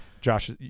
Josh